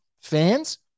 fans